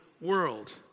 world